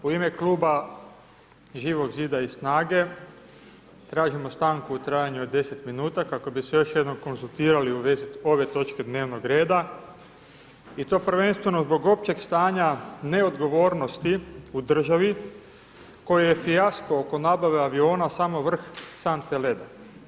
U ime Kluba Živog zida i SNAGA-e tražimo stanku u trajanju od 10 minuta kako bi se još jednom konzultirali u vezi ove točke dnevnog reda i to prvenstveno zbog općeg stanja neodgovornosti u državi koji je fijasko oko nabave aviona samo vrh sante leda.